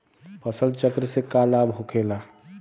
फसल चक्र से का लाभ होखेला?